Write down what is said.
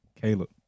Caleb